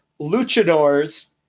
luchadors